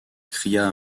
cria